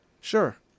Sure